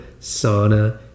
sauna